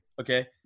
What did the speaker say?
okay